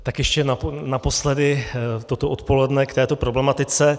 Tak ještě naposledy toto odpoledne k této problematice.